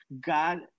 God